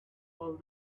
all